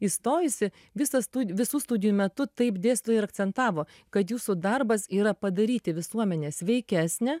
įstojusi visą stu visų studijų metu taip dėstytojai ir akcentavo kad jūsų darbas yra padaryti visuomenę sveikesnę